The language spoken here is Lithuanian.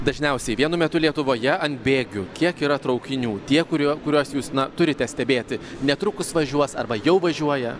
dažniausiai vienu metu lietuvoje ant bėgių kiek yra traukinių tie kurio kuriuos jūs turite stebėti netrukus važiuos arba jau važiuoja